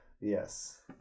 Yes